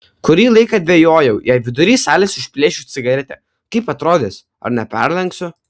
kurį laiką dvejojau jei vidury salės užplėšiu cigaretę kaip atrodys ar neperlenksiu